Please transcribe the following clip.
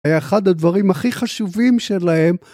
היה אחד הדברים הכי חשובים שלהם.